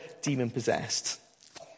demon-possessed